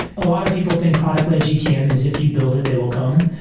a lot of people think product-led gtm is if you build it, they will come.